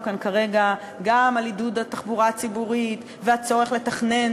כאן כרגע גם על עידוד התחבורה הציבורית והצורך לתכנן